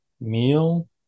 meal